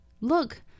Look